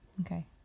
Okay